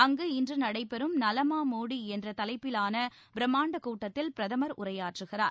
அங்கு இன்று நடைபெறும் நலமா மோடி என்ற தலைப்பிலான பிரம்மாண்ட கூட்டத்தில் பிரதமர் உரையாற்றுகிறார்